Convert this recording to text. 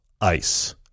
ice